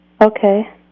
Okay